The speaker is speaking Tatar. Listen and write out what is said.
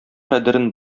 кадерен